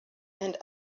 and